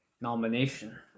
nomination